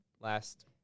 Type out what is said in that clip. last